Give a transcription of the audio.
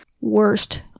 worst